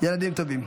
ילדים טובים.